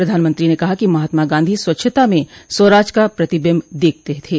प्रधानमंत्री ने कहा कि महात्मा गांधी स्वच्छता में स्वराज का प्रतिबिम्ब देखते थे